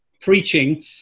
preaching